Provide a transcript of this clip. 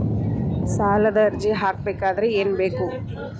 ಸಾಲದ ಅರ್ಜಿ ಹಾಕಬೇಕಾದರೆ ಏನು ಬೇಕು?